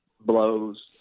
blows